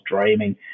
dreaming